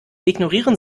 ignorieren